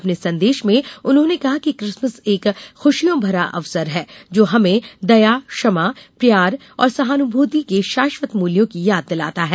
अपने संदेश में उन्होंने कहा कि क्रिसमस एक खुशियों भरा अवसर है जो हमें दया क्षमा प्यार और सहानुभूति के शाश्वत मूल्यों की याद दिलाता है